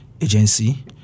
agency